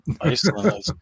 Iceland